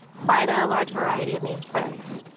quite a large variety of native plants.